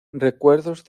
recuerdos